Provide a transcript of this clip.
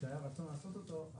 שכשהיה רצון לעשות אותו,